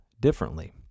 differently